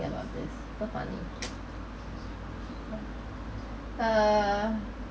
about this so funny ah